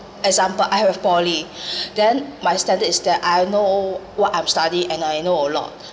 example I have poly then my standard is that I know what I've study and I know a lot